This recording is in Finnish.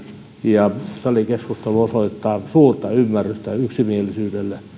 ja salikeskustelu osoittaa suurta ymmärrystä yksimielisyydelle